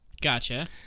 Gotcha